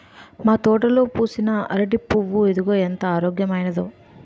మా తోటలో పూసిన అరిటి పువ్వు ఇదిగో ఎంత ఆరోగ్యమైనదో